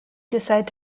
decide